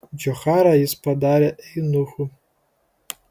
džocharą jis padarė eunuchu